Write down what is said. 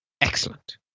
Excellent